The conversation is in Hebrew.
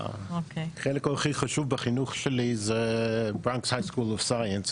החלק הכי חשוב בחינוך שלי זה Bronx High School of Science,